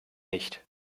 nicht